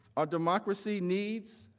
ah democracy needs